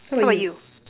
how about you